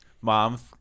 Moms